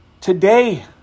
Today